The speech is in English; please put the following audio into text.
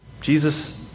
Jesus